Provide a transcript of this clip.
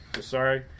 Sorry